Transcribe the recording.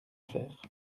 faire